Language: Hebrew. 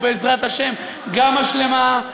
ובעזרת השם גם השלמה,